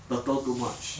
turtle too much